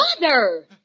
Mother